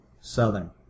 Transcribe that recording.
Southern